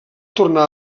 tornà